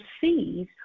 sees